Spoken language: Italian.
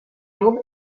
rum